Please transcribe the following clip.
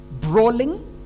brawling